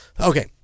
Okay